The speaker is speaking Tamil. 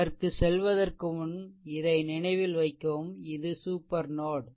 அதற்குச் செல்வதற்கு முன் இதை நினைவில் வைக்கவும் இது சூப்பர் நோட்